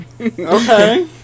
Okay